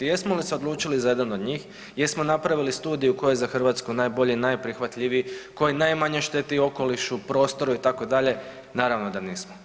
Jesmo li se odlučili za jedan od njih, jesmo napravili studiju koja je za Hrvatsku najbolja i najprihvatljiviji, koji najmanje šteti okolišu, prostoru itd., naravno da nismo.